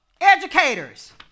educators